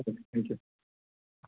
okay అంది thank you